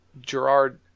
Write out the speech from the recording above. Gerard